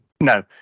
No